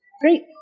Great